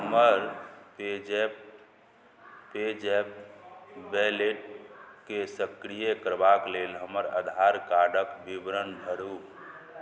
हमर पेजैप वैलेटकेँ सक्रिय करबाक लेल हमर आधार कार्डक विवरण भरू